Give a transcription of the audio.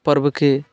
पर्वके